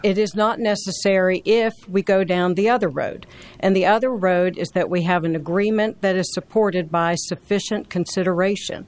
it is not necessary if we go down the other road and the other road is that we have an agreement that is supported by sufficient consideration